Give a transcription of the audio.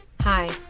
Hi